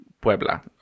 Puebla